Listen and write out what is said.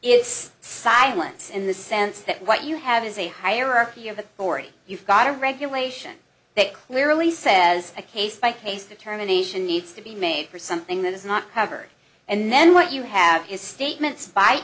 it's silence in the sense that what you have is a hierarchy of a story you've got a regulation that clearly says a case by case determination needs to be made for something that is not covered and then what you have is statements b